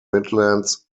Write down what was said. midlands